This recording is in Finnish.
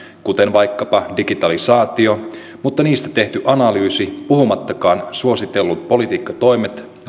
kuten vaikkapa digitalisaatio mutta niistä tehty analyysi puhumattakaan suositelluista politiikkatoimista